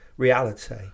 Reality